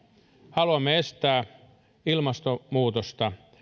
haluamme estää ilmastonmuutosta